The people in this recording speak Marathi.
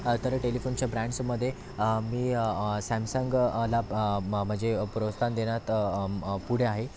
तर टेलिफोनच्या ब्रँडसमध्ये मी सॅमसंग ला म म म्हणजे प्रोत्साहन देण्यात पुढे आहे